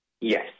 Yes